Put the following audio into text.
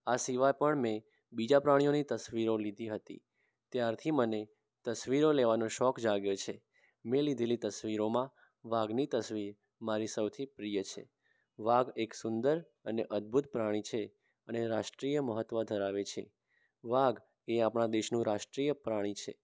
આ સિવાય પણ મેં બીજા પ્રાણીઓની તસવીરો લીધી હતી ત્યારથી મને તસવીરો લેવાનો શોખ જાગ્યો છે મેં લીધેલી તસવીરોમાં વાઘની તસવીર મારી સૌથી પ્રિય છે વાઘ એક સુંદર અને અદ્ભુત પ્રાણી છે અને રાષ્ટ્રીય મહત્ત્વ ધરાવે છે વાઘ એ આપણા દેશનું રાષ્ટ્રીય પ્રાણી છે